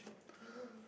I know